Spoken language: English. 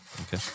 Okay